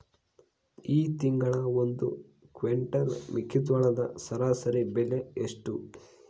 ಈ ತಿಂಗಳ ಒಂದು ಕ್ವಿಂಟಾಲ್ ಮೆಕ್ಕೆಜೋಳದ ಸರಾಸರಿ ಬೆಲೆ ಎಷ್ಟು?